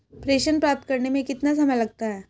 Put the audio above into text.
प्रेषण प्राप्त करने में कितना समय लगता है?